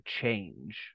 change